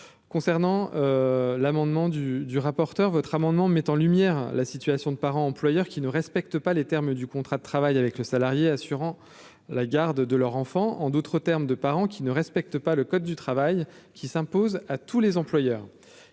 concernant l'amendement du du rapporteur votre amendement met en lumière la situation de parents employeurs qui ne respectent pas les termes du contrat de travail avec le salarié, assurant la garde de leur enfant, en d'autres termes, de parents qui ne reste. Affecte pas le code du travail qui s'impose à tous les employeurs,